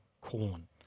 Corn